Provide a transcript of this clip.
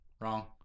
Wrong